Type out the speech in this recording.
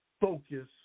focus